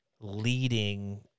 leading